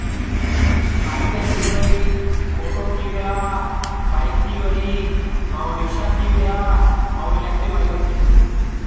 आई टैन थी वई ऑटो थी विया बाइक थी वई ऐं रिक्शा थी विया ऐं इलैक्ट्रिक व्हीकल थी वई